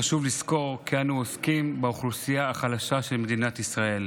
חשוב לזכור כי אנו עוסקים באוכלוסייה החלשה של מדינת ישראל,